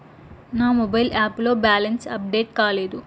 నా mobile app లో balance update కాలేదు